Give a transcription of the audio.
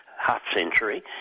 half-century